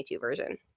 version